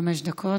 חמש דקות.